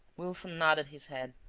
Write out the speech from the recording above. wilson nodded his head